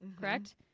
correct